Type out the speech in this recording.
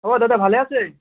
অ' দাদা ভালে আছে